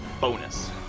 bonus